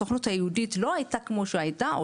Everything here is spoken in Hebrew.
הסוכנות היהודית לא הייתה כמו שהייתה,